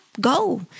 go